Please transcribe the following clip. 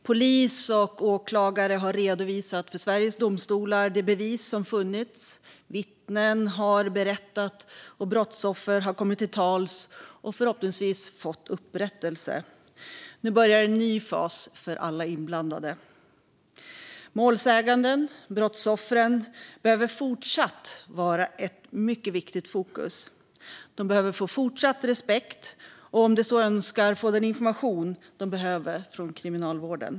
Polis och åklagare har redovisat för Sveriges domstolar de bevis som funnits, vittnen har berättat och brottsoffer har kommit till tals och förhoppningsvis fått upprättelse. Nu börjar en ny fas för alla inblandade. Målsägandena, brottsoffren, behöver fortsatt vara ett mycket viktigt fokus. De behöver få fortsatt respekt och, om de så önskar, få den information de behöver från kriminalvården.